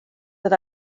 that